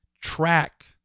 track